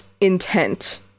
intent